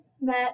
met